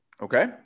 okay